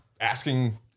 asking